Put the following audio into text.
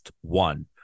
One